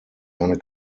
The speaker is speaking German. eine